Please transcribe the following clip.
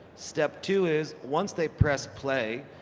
step two is once they press play,